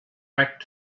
back